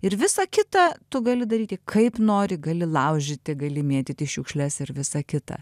ir visa kita tu gali daryti kaip nori gali laužyti gali mėtyti šiukšles ir visa kita